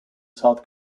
south